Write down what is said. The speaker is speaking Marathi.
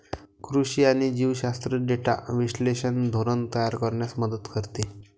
कृषी आणि जीवशास्त्र डेटा विश्लेषण धोरण तयार करण्यास मदत करते